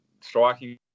striking